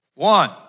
One